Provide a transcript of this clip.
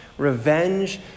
revenge